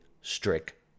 Strick